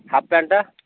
half ପ୍ୟାଣ୍ଟ୍ଟା